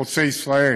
חוצה-ישראל,